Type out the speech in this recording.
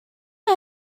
how